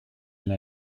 n’a